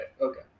okay